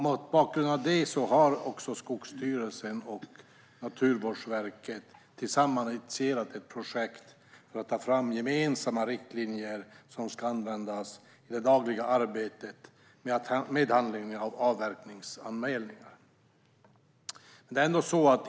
Mot bakgrund av det har också Skogsstyrelsen och Naturvårdsverket tillsammans initierat ett projekt för att ta fram gemensamma riktlinjer som ska användas i det dagliga arbetet med att handlägga avverkningsanmälningar.